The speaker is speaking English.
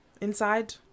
inside